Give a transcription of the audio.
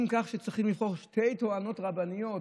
עם כך שצריך לבחור שתי טוענות רבניות,